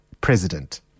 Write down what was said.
president